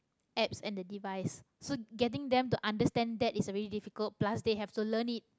apps and the device so getting them to understand that is already difficult plus they have to learn it